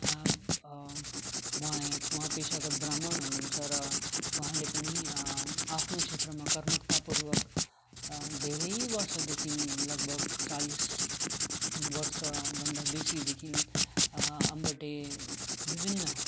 उहाँ ए उहाँ पेसागत ब्राह्मण हुनु हुन्छ र उहाँले पनि आफ्नो क्षेत्रमा कर्मठतापूर्वक धेरै वर्षदेखि लगभग चालिस वर्ष भन्दा बेसी देखि अम्बटे विभिन्न